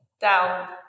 down